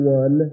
one